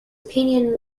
opinion